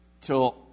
till